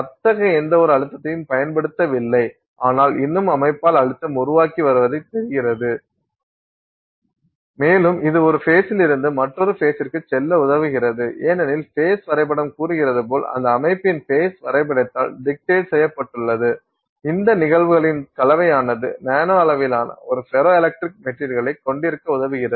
அத்தகைய எந்தவொரு அழுத்தத்தையும் பயன்படுத்தவில்லை ஆனால் இன்னும் அமைப்பால் அழுத்தம் உருவாகி வருவதாகத் தெரிகிறது மேலும் இது ஒரு ஃபேசிலிருந்து இருந்து மற்றொரு ஃபேசிற்கு செல்ல உதவுகிறது ஏனெனில் ஃபேஸ் வரைபடம் கூறுகிறது போல் அந்த அமைப்பின் ஃபேஸ் வரைபடத்தால் டிக்டேட் செய்யப்பட்டுள்ளது இந்த நிகழ்வுகளின் கலவையானது நானோ அளவிலான ஒரு ஃபெரோ எலக்ட்ரிக் மெட்டீரியல்களை கொண்டிருக்க உதவுகிறது